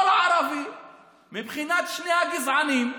כל ערבי מבחינת שני הגזענים,